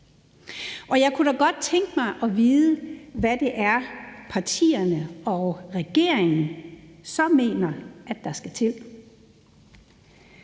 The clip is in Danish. Jeg kunne da godt tænke mig at vide, hvad det er, partierne og regeringen så mener der skal til.